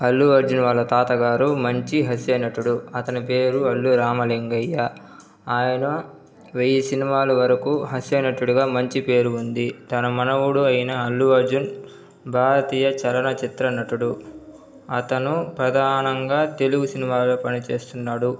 అల్లు అర్జున్ వాళ్ళ తాత గారు మంచి హాస్య నటుడు అతని పేరు అల్లు రామలింగయ్య అయన వెయ్యి సినిమాల వరకు హాస్య నటుడుగా మంచి పేరు ఉంది తన మనమడు అయిన అల్లు అర్జున్ భారతీయ చలన చిత్ర నటుడు అతను ప్రధానంగా తెలుగు సినిమాలో పని చేస్తున్నాడు